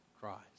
Christ